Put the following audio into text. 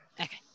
Okay